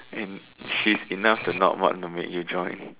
and she's enough to not want to make you join